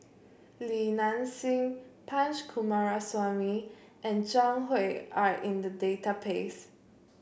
Li Nanxing Punch Coomaraswamy and Zhang Hui are in the database